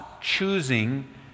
choosing